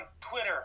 Twitter